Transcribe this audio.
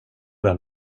den